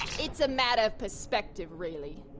it's a matter o' perspective, really.